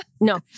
No